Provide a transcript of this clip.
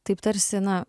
taip tarsi na